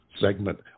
segment